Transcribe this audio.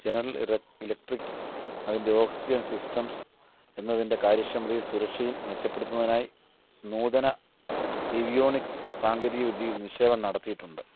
general electric അതിൻ്റെ oxygen systems എന്നതിൻ്റെ കാര്യക്ഷമതയും സുരക്ഷയും മെച്ചപ്പെടുത്തുന്നതിനായി നൂതന എവിയോണിക്സ് സാങ്കേതികവിദ്യയിൽ നിക്ഷേപം നടത്തിയിട്ടുണ്ട്